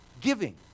giving